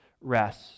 rest